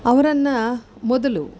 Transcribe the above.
ಅವ್ರನ್ನು ಮೊದಲು